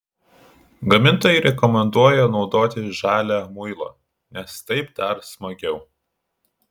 gamintojai rekomenduoja naudoti žalią muilą nes taip dar smagiau